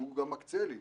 הוא גם מקצה לי,